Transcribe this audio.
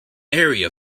area